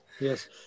Yes